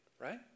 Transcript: right